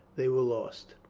they were lost.